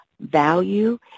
value